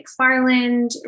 McFarland